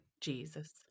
Jesus